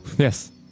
Yes